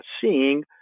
seeing